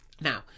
Now